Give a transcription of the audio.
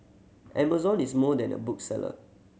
Amazon is more than a bookseller